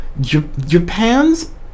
Japan's